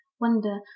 Wonder